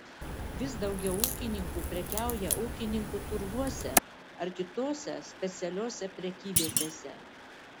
vis daugiau ūkininkų prekiauja ūkininkų turguose ar kitose specialiose prekyvietėse